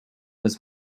was